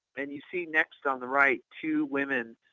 and, you see next on the right, two women.